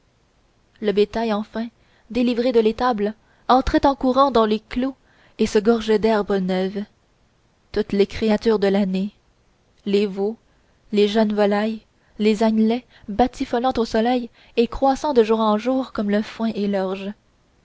le bétail enfin délivré de l'étable entrait en courant dans les clos et se gorgeait d'herbe neuve toutes les créatures de l'année les veaux les jeunes volailles les agnelets batifolaient au soleil et croissaient de jour en jour tout comme le foin et l'orge